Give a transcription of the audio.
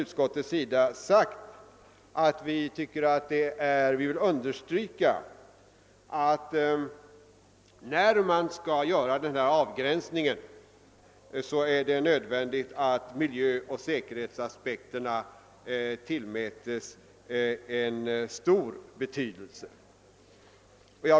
Utskottet vill understryka att när denna avgränsning skall göras är det nödvändigt att miljöoch säkerhetsaspekterna tillmäts stor betydelse.